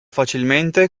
facilmente